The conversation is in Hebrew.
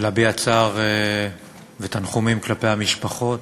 ולהביע צער ותנחומים כלפי המשפחות,